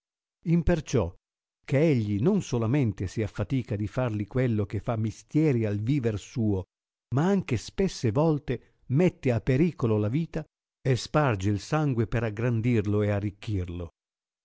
imperciò che egli non solamente si affatica di farli quello che fa mistieri al viver suo ma anche spesse volte mette a pericolo la vita e sparge il sangue per aggrandirlo e arricchirlo